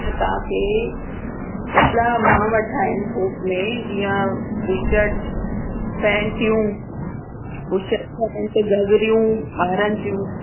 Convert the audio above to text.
ईंअ तव्हांखे कपिड़ा मां वटि आहिनि थोक में जीअं बुशर्ट पैंटियूं बुशर्ट पैंट घघरियूं ॿारनि जूं